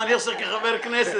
מה אני עושה כחבר כנסת...